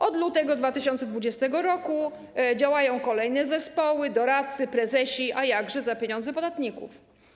Od lutego 2020 r. działają kolejne zespoły, doradcy, prezesi, a jakże, za pieniądze podatników.